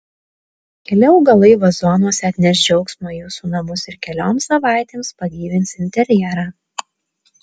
keli augalai vazonuose atneš džiaugsmo į jūsų namus ir kelioms savaitėms pagyvins interjerą